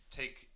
take